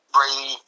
Brady